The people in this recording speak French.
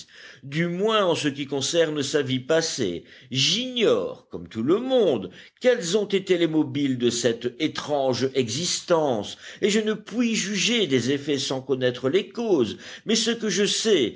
du moins en ce qui concerne sa vie passée j'ignore comme tout le monde quels ont été les mobiles de cette étrange existence et je ne puis juger des effets sans connaître les causes mais ce que je sais